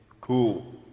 cool